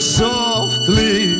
softly